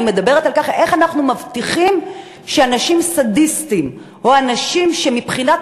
מבטיחים שאנשים סדיסטיים או אנשים שמבחינת